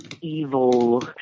evil